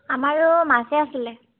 আমাৰো মাছে আছিলে